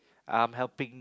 I'm helping